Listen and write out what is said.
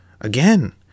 again